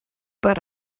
but